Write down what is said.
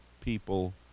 people